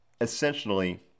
Essentially